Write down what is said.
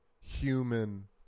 human